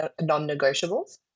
non-negotiables